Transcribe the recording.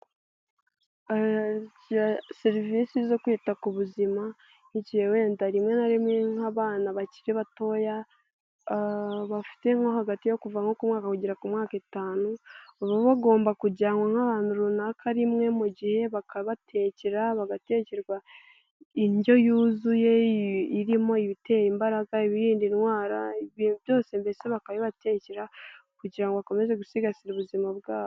Serivisi zo kwita ku buzima nk'igihe wenda rimwe na rimwe nk'abana bakiri batoya. Bafitemo hagati yo kuva ku mwaka kugera ku myaka itanu. Baba bagomba kujyanwa nk'abantu runaka rimwe mu gihe, bakabatekera bagatekerwa indyo yuzuye. Irimo ibitera imbaraga, ibirinda indwara byose. Mbese bakabibatekera kugira ngo bakomeze gusigasira ubuzima bwabo.